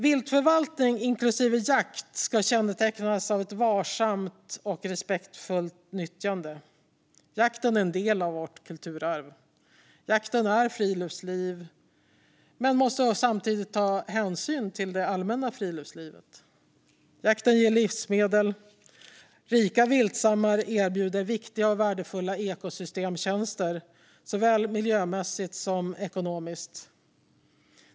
Viltförvaltning inklusive jakt ska kännetecknas av ett varsamt och respektfullt nyttjande. Jakten är en del av vårt kulturarv. Jakten är friluftsliv, men den måste samtidigt ta hänsyn till det allmänna friluftslivet. Jakten ger livsmedel. Rika viltstammar erbjuder viktiga och värdefulla ekosystemtjänster såväl miljömässigt som ekonomiskt.